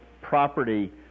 property